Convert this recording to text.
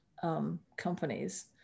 companies